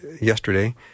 yesterday